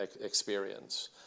experience